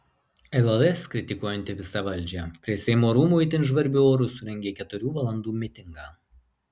lls kritikuojanti visą valdžią prie seimo rūmų itin žvarbiu oru surengė keturių valandų mitingą